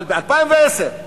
אבל ב-2010,